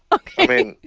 ok,